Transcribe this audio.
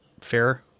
fair